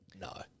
No